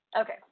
Okay